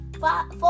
four